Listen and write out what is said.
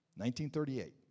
1938